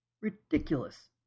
Ridiculous